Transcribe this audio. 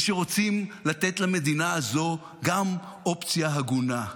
ושרוצים לתת למדינה הזו גם אופציה הגונה.